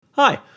Hi